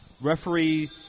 Referee –